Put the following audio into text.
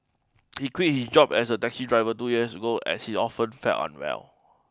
he quit his job as a taxi driver two years ago as he often felt unwell